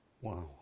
wow